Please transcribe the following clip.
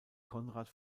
konrad